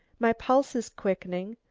my pulse is quickening,